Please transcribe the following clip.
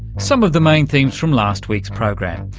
some of the main things from last week's program.